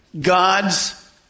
God's